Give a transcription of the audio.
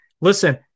Listen